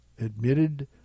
admitted